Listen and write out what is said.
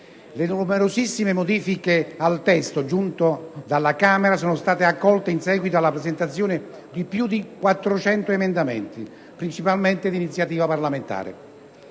Le numerosissime modifiche al testo giunto dalla Camera sono state accolte in seguito alla presentazione di più di 400 emendamenti, principalmente d'iniziativa parlamentare.